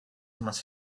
must